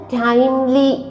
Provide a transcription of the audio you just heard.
timely